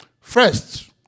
First